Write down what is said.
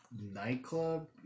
nightclub